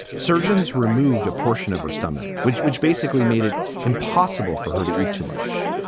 surgeons removed a portion of her stomach, which which basically made it impossible for her to eat too much.